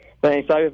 Thanks